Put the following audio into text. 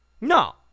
No